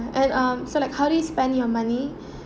and um so like how do you spend your money